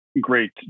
great